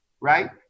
right